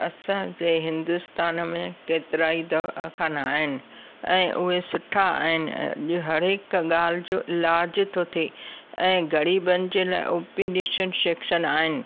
असांजे हिंदुस्तान में केतिरा ई दवाख़ाना आहिनि ऐं उहे सुठा आहिनि अॼु हर हिकु ॻाल्हि जो इलाजु थो थिए ऐं ग़रीबनि जे लाइ ओ पी डी सैक्शन आहिनि